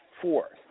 fourth